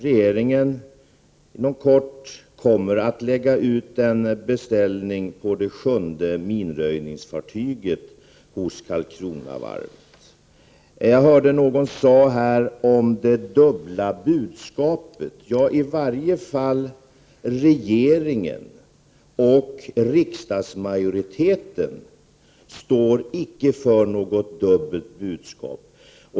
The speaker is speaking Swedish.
Regeringen kommer inom kort att vid Karlskronavarvet lägga ut en beställning på ett sjunde minröjningsfartyg. Jag hörde här någon tala om det dubbla budskapet. Regeringen och riksdagsmajoriteten har i varje fall icke något dubbelt budskap.